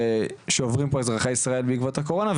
שעוברים פה אזרחי ישראל בעקבות הקורונה,